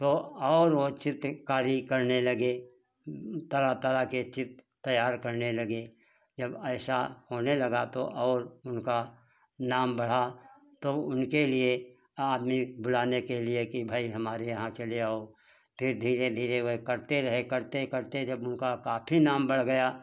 तो और वह चित्रकारी करने लगे तरह तरह के चित्र तैयार करने लगे जब ऐसा होने लगा तो और उनका नाम बढ़ा तो उनके लिए आदमी बुलाने के लिए कि भई हमारे यहाँ चले आओ फिर धीरे धीरे वह करते रहे करते करते जब उनका काफ़ी नाम बढ़ गया